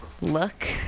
look